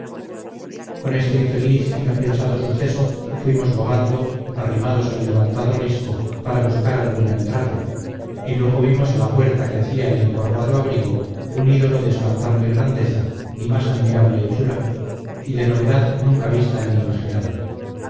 con este infeliz y no pensado suceso fuimos bogando arrimados al levantado risco para buscar alguna entrada y luego vimos a la puerta que hacia el encorvado abrigo un ídolo de espantable grandeza y más admirable hechura y de novedad nunca vista ni imaginada